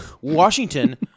Washington